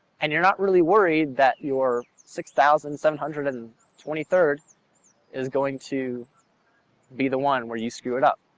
and you're not really worried that your six thousand seven hundred and twenty third is going to be the one where you screw it up,